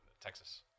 Texas